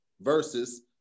versus